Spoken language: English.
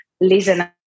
listen